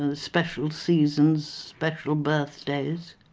and special seasons, special birthdays.